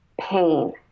pain